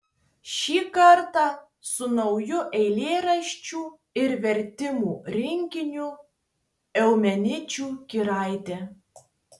šį kartą su nauju eilėraščių ir vertimų rinkiniu eumenidžių giraitė